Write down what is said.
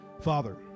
Father